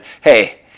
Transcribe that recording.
hey